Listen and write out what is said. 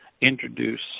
introduce